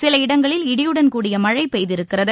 சில இடங்களில் இடியுடன் கூடிய மழை பெய்திருக்கிறது